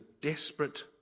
desperate